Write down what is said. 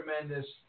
tremendous